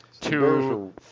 Two